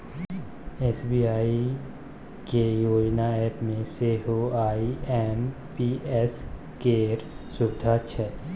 SBI के YONO एपमे सेहो आई.एम.पी.एस केर सुविधा छै